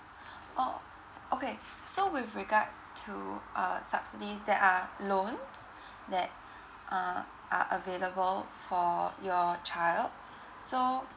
oh okay so with regards to err subsidies that are loans that err are available for your child so